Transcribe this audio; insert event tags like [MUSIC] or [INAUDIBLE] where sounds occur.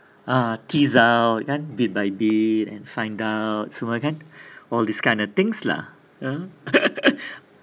ah tease out kan bit by bit and find out semua kan [BREATH] all these kinds of things lah